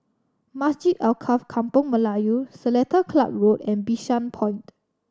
Masjid Alkaff Kampung Melayu Seletar Club Road and Bishan Point